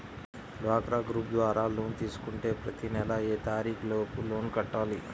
డ్వాక్రా గ్రూప్ ద్వారా లోన్ తీసుకుంటే ప్రతి నెల ఏ తారీకు లోపు లోన్ కట్టాలి?